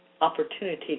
opportunity